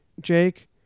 Jake